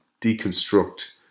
deconstruct